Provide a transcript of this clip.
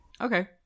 Okay